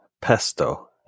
pesto